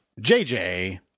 JJ